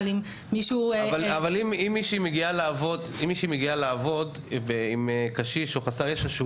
אבל אם מישהו מגיעה לעבוד עם קשיש או חסר ישע שהוא